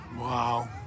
Wow